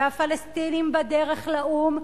והפלסטינים בדרך לאו"ם,